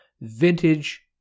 vintage